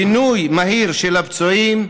פינוי מהיר של הפצועים,